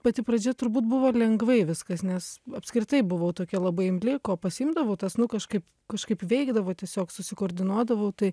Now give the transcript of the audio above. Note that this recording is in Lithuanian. pati pradžia turbūt buvo lengvai viskas nes apskritai buvau tokia labai imli ko pasiimdavau tas nu kažkaip kažkaip veikdavo tiesiog susikoordinuodavau tai